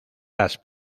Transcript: las